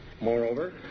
Moreover